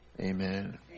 Amen